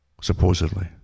Supposedly